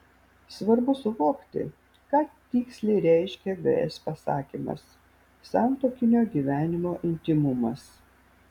svarbu suvokti ką tiksliai reiškia gs pasakymas santuokinio gyvenimo intymumas